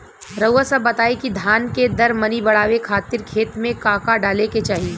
रउआ सभ बताई कि धान के दर मनी बड़ावे खातिर खेत में का का डाले के चाही?